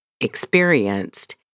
experienced